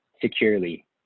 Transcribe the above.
securely